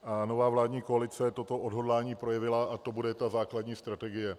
A nová vládní koalice toto odhodlání projevila a to bude ta základní strategie.